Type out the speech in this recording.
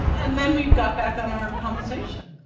and then we got back on our conversation,